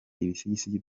ibisigisigi